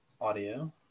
audio